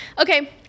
Okay